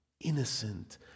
innocent